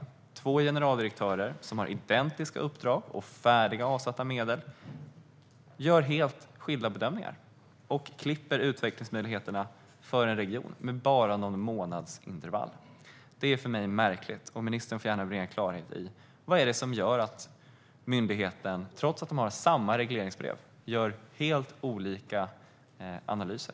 Att två generaldirektörer som har identiska uppdrag och avsatta medel gör helt skilda bedömningar och att man klipper utvecklingsmöjligheterna för en region med bara någon månads intervall är för mig märkligt. Ministern får gärna bringa klarhet i vad som gör att myndigheten trots samma regleringsbrev gör helt olika analyser.